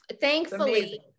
thankfully